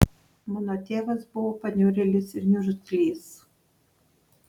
mano tėvas buvo paniurėlis ir niurgzlys